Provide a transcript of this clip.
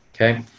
Okay